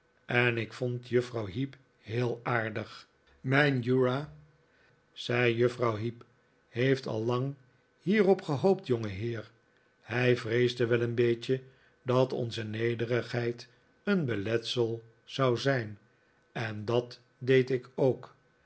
en ik vond juffrouw heep heel aardig mijn uriah zei juffrouw heep heeft al lang hierop gehoopt jongeheer hij vreesde wel een beetje dat onze nederigheid een beletsel zou zijn en dat deed ik ook